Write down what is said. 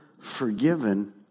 forgiven